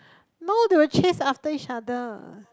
no they will chase after each other